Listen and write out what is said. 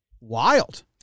wild